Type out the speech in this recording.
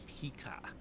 Peacock